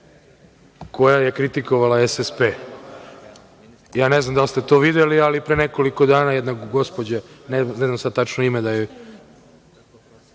koja je kritikovala SSP. Ne znam da li ste to videli, ali pre nekoliko dana jedna gospođa, ne znam sada tačno ime da joj